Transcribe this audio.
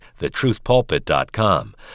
thetruthpulpit.com